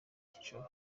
cy’ijoro